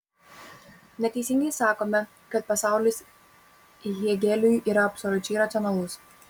neteisingai sakome kad pasaulis hėgeliui yra absoliučiai racionalus